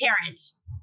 parents